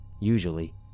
usually